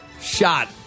shot